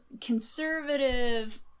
conservative